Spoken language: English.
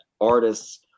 artists